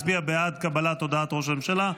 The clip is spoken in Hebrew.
מצביע בעד קבלת הודעת ראש הממשלה,